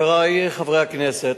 חברי חברי הכנסת,